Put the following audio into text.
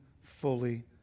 fully